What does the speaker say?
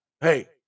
Hey